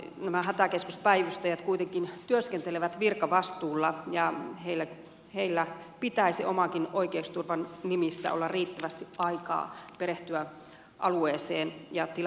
nämä hätäkeskuspäivystäjät kuitenkin työskentelevät virkavastuulla ja heillä pitäisi omankin oikeusturvan nimissä olla riittävästi aikaa perehtyä alueeseen ja tilanteisiin